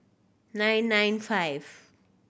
nine nine five